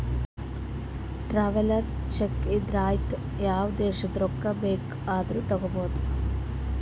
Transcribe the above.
travellers cheque ಇದ್ದೂರು ಐಯ್ತ ಯಾವ ದೇಶದು ರೊಕ್ಕಾ ಬೇಕ್ ಆದೂರು ತಗೋಬೋದ